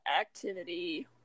Activity